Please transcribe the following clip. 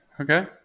Okay